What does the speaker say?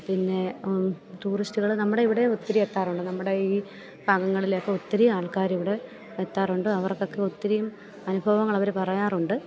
പിന്നെ ടൂറിസ്റ്റുകള് നമ്മളുടെ ഇവിടെയും ഒത്തിരി എത്താറുണ്ട് നമ്മുടെ ഈ ഭാഗങ്ങളിലൊക്കെ ഒത്തിരി ആൾക്കാര് ഇവിടെ എത്താറുണ്ട് അവർക്കൊക്കെ ഒത്തിരിയും അനുഭവങ്ങൾ അവര് പറയാറുണ്ട്